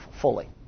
fully